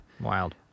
Wild